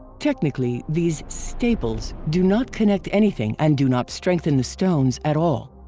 technically, these staples do not connect anything and do not strengthen the stones at all.